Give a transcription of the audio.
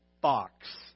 box